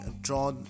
draw